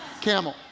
Camel